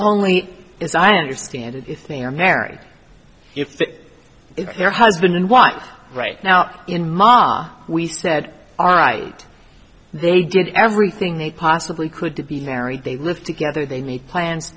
only as i understand it if they are married if they're husband and wife right now in ma we said all right they did everything they possibly could to be married they lived together they made plans